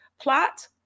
plot